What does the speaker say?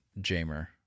Jamer